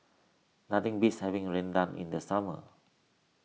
nothing beats having Rendang in the summer